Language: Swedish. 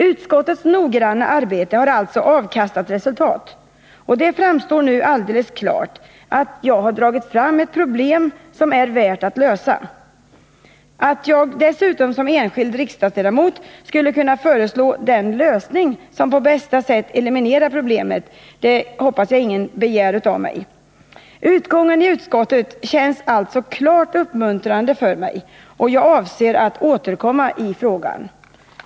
Utskottets noggranna arbete har alltså avkastat resultat, och det framstår nu alldeles klart att jag har dragit fram ett problem värt att lösa. Att jag som enskild riksdagsledamot dessutom skulle kunna föreslå den lösning som på bästa sätt eliminerar problemet — det hoppas jag att ingen begär av mig. Utgången i utskottet känns alltså klart uppmuntrande för mig, och jag avser att återkomma i frågan.